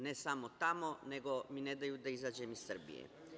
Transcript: Ne samo tamo, nego mi ne daju da izađem iz Srbije.